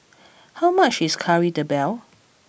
how much is Kari Debal